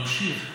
ממשיך.